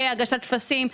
בהגשת טפסים,